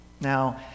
Now